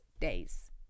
days